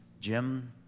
Jim